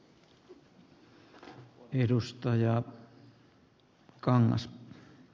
arvoisa puhemies